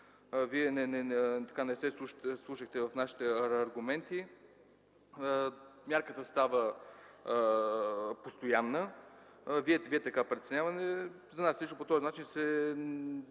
вие не се вслушахте в нашите аргументи. Мярката става постоянна, вие така преценявате, за нас по този начин се